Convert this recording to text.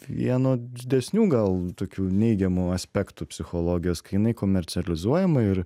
vieno didesnių gal tokių neigiamų aspektų psichologijos kai jinai komercializuojama ir